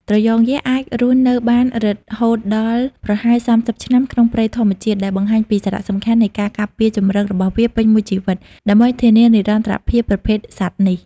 ត្រយងយក្សអាចរស់នៅបានរហូតដល់ប្រហែល ៣០ ឆ្នាំ ក្នុងព្រៃធម្មជាតិ ដែលបង្ហាញពីសារៈសំខាន់នៃការការពារជម្រករបស់វាពេញមួយជីវិត ដើម្បីធានានិរន្តរភាពប្រភេទសត្វនេះ។